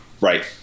right